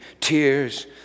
tears